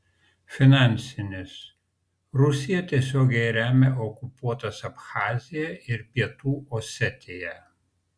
finansinis rusija tiesiogiai remia okupuotas abchaziją ir pietų osetiją